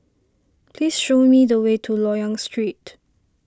please show me the way to Loyang Street